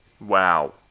Wow